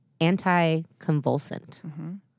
anti-convulsant